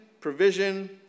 provision